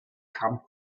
come